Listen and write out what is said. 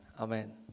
Amen